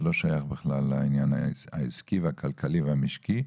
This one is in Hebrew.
שזה לא שייך בכלל לעניין העסקי והכלכלי והמשקי.